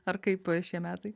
ar kaip šie metai